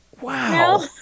wow